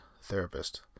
therapist